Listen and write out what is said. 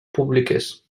públiques